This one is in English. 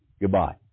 Goodbye